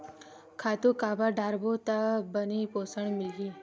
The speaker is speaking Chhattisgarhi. खातु काबर डारबो त बने पोषण मिलही?